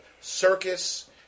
circus